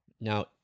Now